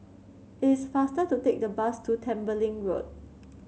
it is faster to take the bus to Tembeling Road